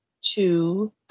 two